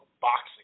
boxing